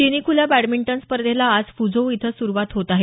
चिनी खुल्या बॅडमिंटन स्पर्धेला आज फुझोऊ इथं सुरूवात होत आहे